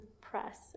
press